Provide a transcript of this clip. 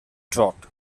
drought